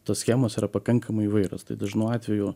tos schemos yra pakankamai įvairios tai dažnu atveju